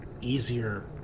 easier